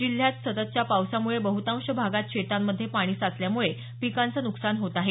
जिल्ह्यात सततच्या पावसामुळे बहृतांश भागात शेतांमध्ये पाणी साचल्यामुळं पिकांचं नुकसान होत आहे